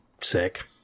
sick